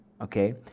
okay